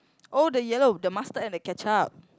oh the yellow the mustard and the ketchup